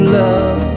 love